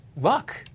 Luck